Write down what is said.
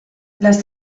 les